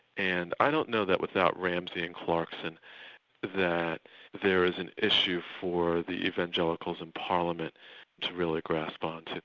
and i don't know that without ramsay and clarkson that there is an issue for the evangelicals and parliament to really grasp on to.